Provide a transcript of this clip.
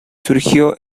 surgió